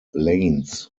lanes